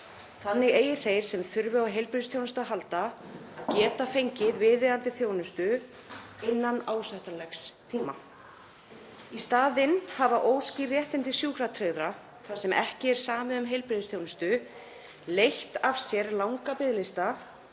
Þannig eiga þeir sem þurfa á heilbrigðisþjónustu að halda að geta fengið viðeigandi þjónustu innan ásættanlegs tíma. Í staðinn hafa óskýr réttindi sjúkratryggðra þar sem ekki er samið um heilbrigðisþjónustu leitt af sér langa biðlista